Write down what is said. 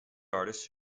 artist